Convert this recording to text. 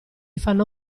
fanno